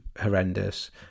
horrendous